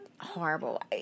Horrible